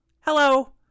Hello